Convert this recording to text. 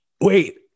Wait